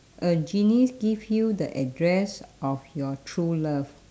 a genie give you the address of your true love